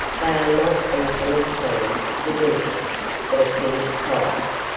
they are not easily pleased with anything but a finished product.